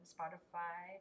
Spotify